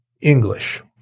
English